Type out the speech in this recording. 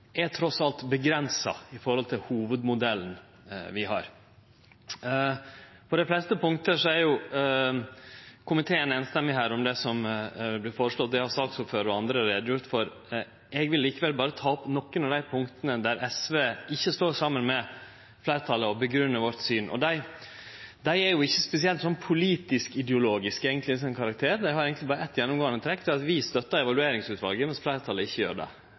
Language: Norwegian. er trass alt avgrensa i forhold til den hovudmodellen vi har. På dei fleste punkta er komiteen einstemmig om det som er føreslått, det har saksordføraren og andre gjort greie for. Eg vil likevel ta opp nokre av punkta der SV ikkje står saman med fleirtalet, og grunngje vårt syn. Desse punkta er ikkje spesielt politisk-ideologiske i sin karakter; dei har eigentleg berre eitt gjennomgåande trekk, og det er at vi støttar Evalueringsutvalet, mens fleirtalet ikkje gjer det.